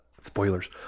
spoilers